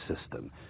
system